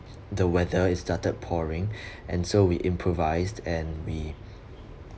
the weather is started pouring and so we improvised and we